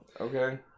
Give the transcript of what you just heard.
Okay